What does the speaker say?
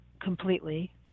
completely